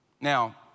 Now